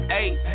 eight